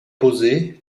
posée